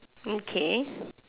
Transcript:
okay